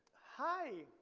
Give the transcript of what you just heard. hi,